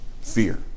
fear